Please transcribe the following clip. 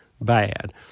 bad